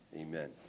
amen